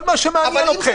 כל מה שמעניין אתכם.